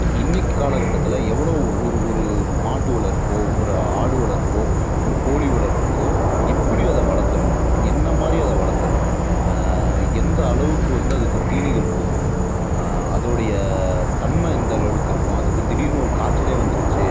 இன்றைக்கி காலகட்டத்தில் எவ்வளோ ஒரு ஒரு மாட்டு வளர்ப்போ ஒரு ஆடு வளர்ப்போ ஒரு கோழி வளர்ப்புக்கோ எப்படி அதை வளர்த்தணும் என்ன மாதிரி அதை வளர்த்தணும் எந்த அளவுக்கு வந்து அதுக்கு தீனிகள் கொடுக்கணும் அதோடைய தன்மை எந்த அளவுலலுக்கு இருக்கும் அதுக்கு திடீர்னு ஒரு காச்சலே வந்துருச்சி